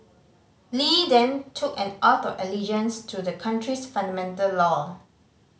Li then took an oath of allegiance to the country's fundamental law